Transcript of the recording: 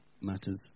matters